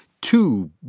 two